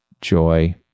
joy